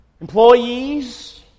employees